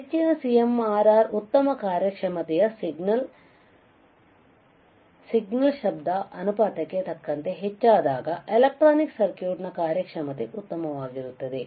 ಹೆಚ್ಚಿನ CMRR ಉತ್ತಮ ಕಾರ್ಯಕ್ಷಮತೆಯ ಸಿಗ್ನಲ್ಸಿಗ್ನಲ್ ಶಬ್ದದ ಅನುಪಾತಕ್ಕೆ ತಕ್ಕಂತೆ ಹೆಚ್ಚಾದಾಗ ಎಲೆಕ್ಟ್ರಾನಿಕ್ ಸರ್ಕ್ಯೂಟ್ನ ಕಾರ್ಯಕ್ಷಮತೆ ಉತ್ತಮವಾಗಿರುತ್ತದೆ